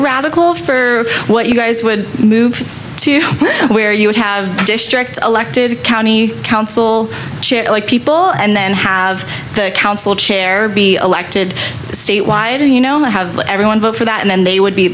radical for what you guys would move to where you would have a district elected county council people and then have the council chair be elected statewide and you know have everyone vote for that and then they would be